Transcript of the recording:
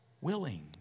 willing